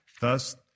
thus